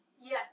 yes